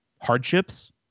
hardships